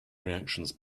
reactions